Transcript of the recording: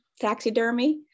taxidermy